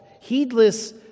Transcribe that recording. heedless